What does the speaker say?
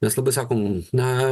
mes labai sakom na